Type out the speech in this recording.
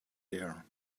there